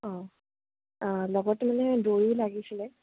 অ' লগতে মানে দৈও লাগিছিলে